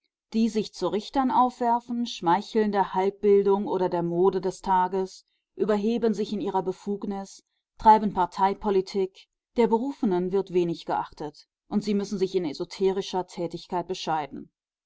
die sich zu richtern aufwerfen schmeicheln der halbbildung oder der mode des tages überheben sich in ihrer befugnis treiben parteipolitik der berufenen wird wenig geachtet und sie müssen sich in esoterischer tätigkeit bescheiden